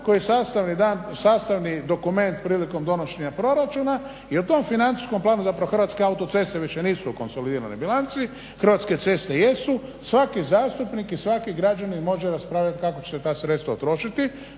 koji je sastavni dokument prilikom donošenja proračuna. I u tom financijskom planu zapravo Hrvatske autoceste više nisu u konsolidiranoj bilanci. Hrvatske ceste jesu. Svaki zastupnik i svaki građanin može raspravljati kao će se ta sredstva utrošiti.